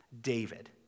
David